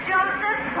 Joseph